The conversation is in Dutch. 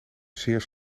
zeer